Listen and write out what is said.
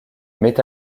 met